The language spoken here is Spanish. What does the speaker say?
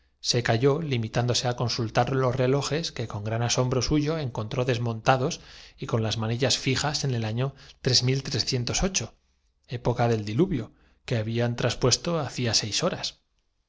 se calló limitándose á consultar los relojes que con gran asombro suyo en contró desmontados y con las manillas fijas en el año época del diluvio que habían traspuesto hacía seis horas